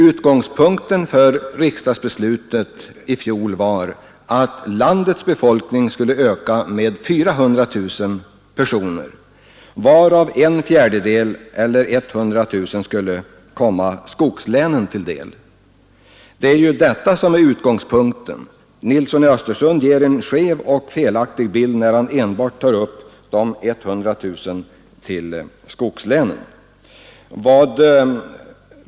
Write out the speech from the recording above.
Utgångspunkten för riksdagsbeslutet i fjol var att landets befolkning skulle öka med 400 000 personer. Av dessa skulle alltså enligt vårt förslag en fjärdedel eller 100 000 personer komma skogslänen till del. Herr Nilsson ger en skev och felaktig bild när han enbart tar upp de 100 000 personer som vi anser att skogslänen skall öka med.